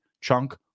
chunk